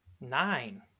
Nine